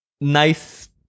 nice